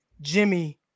Jimmy